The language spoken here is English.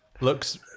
Looks